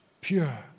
pure